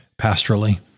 pastorally